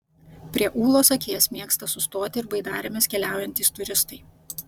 prie ūlos akies mėgsta sustoti ir baidarėmis keliaujantys turistai